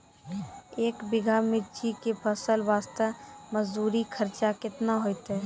एक बीघा मिर्ची के फसल वास्ते मजदूरी खर्चा केतना होइते?